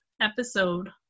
episode